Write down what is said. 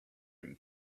him